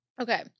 okay